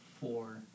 four